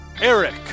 Eric